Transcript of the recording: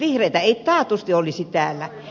vihreitä ei taatusti olisi täällä